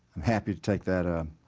i'm happy to take that ah